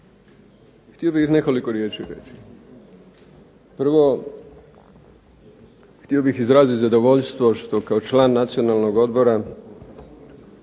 Htio bih nekoliko riječi reći. Prvo, htio bih izraziti zadovoljstvo što kao član Nacionalnog